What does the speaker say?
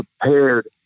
prepared